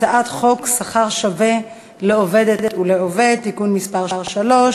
הצעת חוק שכר שווה לעובדת ולעובד (תיקון מס' 3)